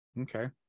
Okay